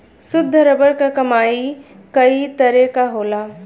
शुद्ध रबर क काम कई तरे क होला